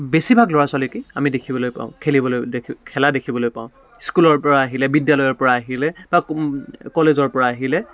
বেছিভাগ ল'ৰা ছোৱালীকে আমি দেখিবলৈ পাওঁ খেলিবলৈ খেলা দেখিবলৈ পাওঁ স্কুলৰ পৰা আহিলে বিদ্যালয়ৰ পৰা আহিলে বা কলেজৰ পৰা আহিলে